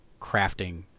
crafting